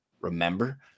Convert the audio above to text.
remember